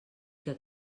que